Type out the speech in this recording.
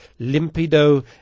Limpido